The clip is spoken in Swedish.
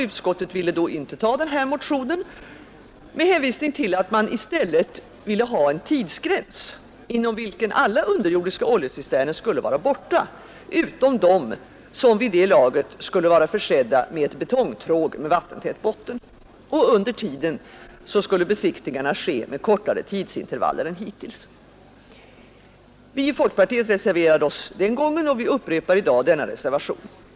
Utskottet ville då inte tillstyrka denna motion, detta med hänvisning till att man i stället ville ha en tidsgräns inom vilken alla underjordiska oljecisterner skulle vara borta utom de som i det läget skulle vara försedda med betongtråg med vattentät botten. Under tiden skulle besiktningarna ske med kortare tidsintervaller än hittills. Vi i folkpartiet reserverade oss den gången och upprepar i dag denna reservation.